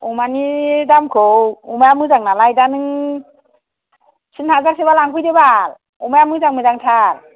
अमानि दामखौ अमाया मोजां नालाय दा नों थिन हाजारसोबा लांफैदो बाल अमाया मोजां मोजांथार